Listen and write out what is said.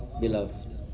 beloved